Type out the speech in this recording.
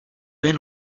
jen